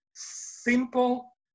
simple